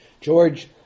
George